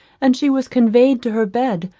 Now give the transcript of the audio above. and she was conveyed to her bed,